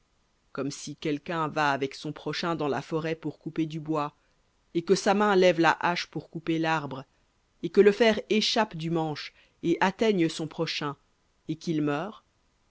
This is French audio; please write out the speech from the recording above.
comme si quelqu'un va avec son prochain dans la forêt pour couper du bois et que sa main lève la hache pour couper l'arbre et que le fer échappe du manche et atteigne son prochain et qu'il meure